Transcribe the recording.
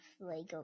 Lego